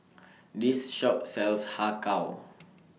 This Shop sells Har Kow